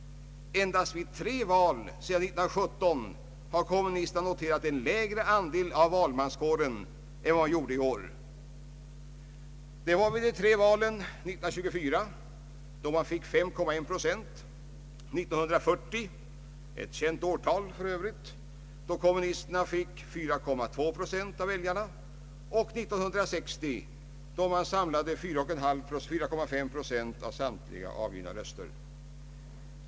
Endast vid tre val sedan 1917 har kommunisterna noterat en lägre andel av valmanskåren än i år. Det var vid valen 1924, då man fick 5,1 procent, 1940 — ett känt årtal för övrigt — då kommunisterna fick 4,2 procent och 1960, då man samlade 4,5 procent av samtliga avgivna röster.